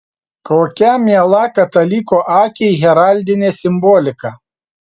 kokia miela kataliko akiai heraldinė simbolika